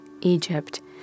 Egypt